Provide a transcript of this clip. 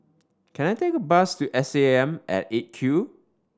can I take a bus to S A M at Eight Q